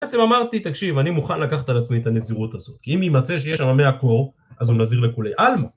בעצם אמרתי, תקשיב, אני מוכן לקחת על עצמי את הנזירות הזאת כי אם יימצא שיש שם 100 קור, אז הוא נזיר לכולי אלמה